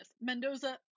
Mendoza